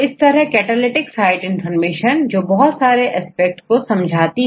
इस तरह से कैटालिटिक साइट इनफार्मेशन जो बहुत सारे एस्पेक्ट को समझाती है